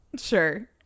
Sure